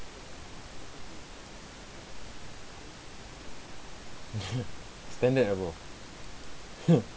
standard ah bro